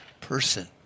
person